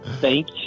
thank